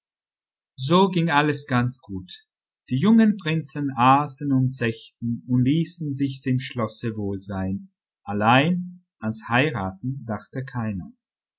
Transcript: so ging alles ganz gut die jungen prinzen aßen und zechten und ließen sich's im schlosse wohl sein allein ans heiraten dachte keiner